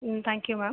ம் thank you ma'am